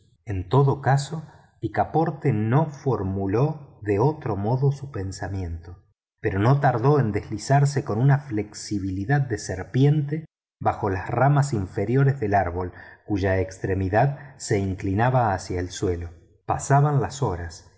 brutosen todo caso picaporte no formuló de otro modo su pensamiento pero no tardó en deslizarse con una flexibilidad de serpiente bajo las ramas inferiores del árbol cuya extremidad se inclinaba hacia el suelo pasaban las horas